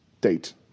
date